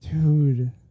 Dude